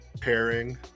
pairing